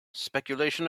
speculation